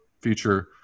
feature